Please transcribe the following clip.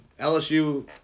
LSU